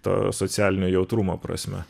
to socialinio jautrumo prasme